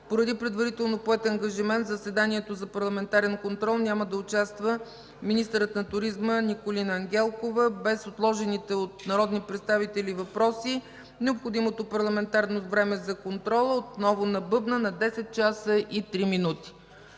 Поради предварително поет ангажимент в заседанието за парламентарен контрол няма да участва министърът на туризма Николина Ангелкова. Без отложените от народни представители въпроси, необходимото парламентарно време за контрол отново набъбна на 10,03 часа. Утре